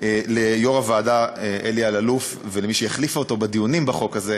ליושב-ראש הוועדה אלי אלאלוף ולמי שהחליפה אותו בדיונים בחוק הזה,